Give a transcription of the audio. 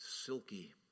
Silky